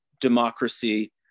democracy